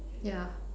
yeah